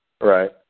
Right